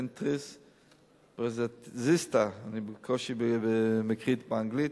Isentress ו-Prezista, אני בקושי מקריא באנגלית,